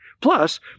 Plus